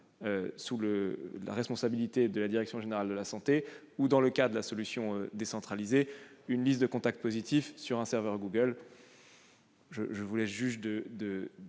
sous la responsabilité de la direction générale de la santé, et, pour ce qui concerne une solution décentralisée, une liste de contacts positifs sur un serveur de Google. Je vous laisse seuls